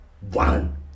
one